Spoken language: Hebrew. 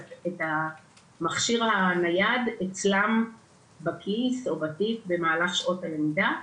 המכשיר הנייד אצלם בכיס או בתיק במהלך שעות הלמידה.